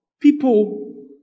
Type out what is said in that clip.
people